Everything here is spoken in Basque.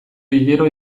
hilero